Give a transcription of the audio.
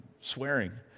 swearing